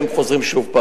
והם חוזרים שוב,